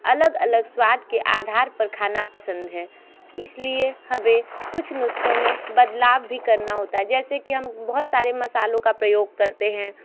अलग अलग स्वाद के आधार पर खाना पसंद है इस लिए हमें कुछ नुस्ख़ों में बदलाव भी करना होता है जैसे कि हम बहुत सारे मसाले का प्रयोग करते हैं